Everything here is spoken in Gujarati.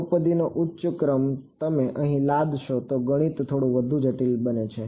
બહુપદીનો ઉચ્ચ ક્રમ તમે અહીં લાદશો તો ગણિત થોડું વધુ જટિલ બને છે